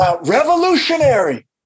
revolutionary